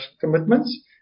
commitments